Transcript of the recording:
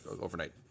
overnight